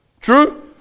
True